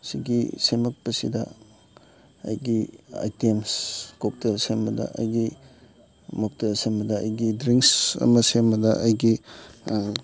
ꯁꯤꯒꯤ ꯁꯦꯝꯃꯛꯄꯁꯤꯗ ꯑꯩꯒꯤ ꯑꯥꯏꯇꯦꯝꯁ ꯀꯣꯛꯇꯦꯜ ꯁꯦꯝꯕꯗ ꯑꯩꯒꯤ ꯃꯣꯛꯇꯦꯜ ꯁꯦꯝꯕꯗ ꯑꯩꯒꯤ ꯗ꯭ꯔꯤꯡꯁ ꯑꯃ ꯁꯦꯝꯕꯗ ꯑꯩꯒꯤ